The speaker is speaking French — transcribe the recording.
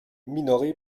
minorés